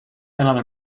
another